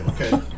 Okay